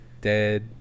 dead